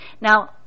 Now